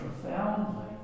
profoundly